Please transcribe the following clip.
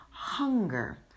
hunger